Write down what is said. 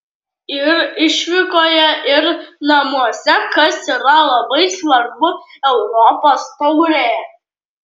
ir išvykoje ir namuose kas yra labai svarbu europos taurėje